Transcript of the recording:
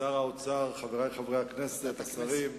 שר האוצר, חברי חברי הכנסת, השרים,